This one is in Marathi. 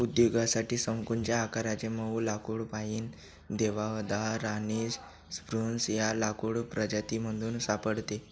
उद्योगासाठी शंकुच्या आकाराचे मऊ लाकुड पाईन, देवदार आणि स्प्रूस या लाकूड प्रजातीमधून सापडते